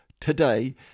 today